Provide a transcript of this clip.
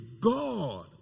God